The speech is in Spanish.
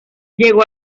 llegó